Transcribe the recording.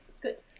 Good